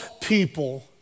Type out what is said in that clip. people